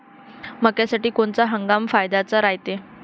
मक्क्यासाठी कोनचा हंगाम फायद्याचा रायते?